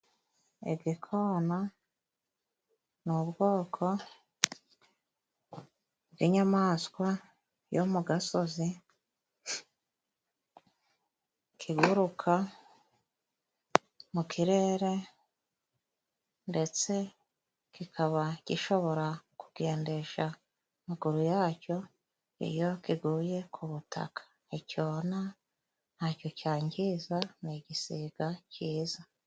Igikona ni ubwoko bw'inyamaswa yo mu gasozi, kiguruka mu kirere ndetse kikaba gishobora kugendesha amaguru yacyo iyo kiguye ku butaka. Nticyona, nta cyangiza, ni igisiga kiyiza.